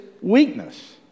weakness